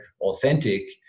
authentic